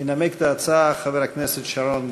ינמק את ההצעה חבר הכנסת שרון גל.